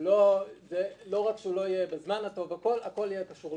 לא יהיה בזמן הטוב ביותר וכו' אלא הכול יהיה קשור לכסף.